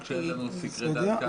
גם כשאין לנו סקרי דעת קהל.